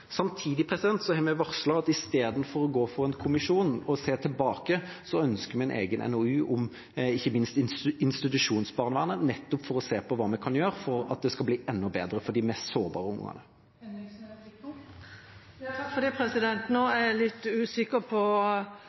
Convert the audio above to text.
Samtidig har vi varslet at istedenfor å gå for en kommisjon og se tilbake, ønsker vi en egen NOU om ikke minst institusjonsbarnevernet, nettopp for å se på hva vi kan gjøre for at det skal bli enda bedre for de mest sårbare ungene. Nå er jeg litt usikker på hva som er vanskelig og ikke for regjeringa, for på